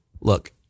Look